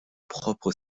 propre